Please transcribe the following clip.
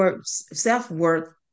self-worth